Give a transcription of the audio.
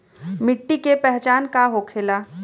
मिट्टी के पहचान का होखे ला?